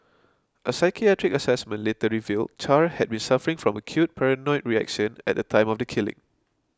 a psychiatric assessment later revealed Char had been suffering from acute paranoid reaction at the time of the killing